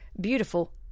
beautiful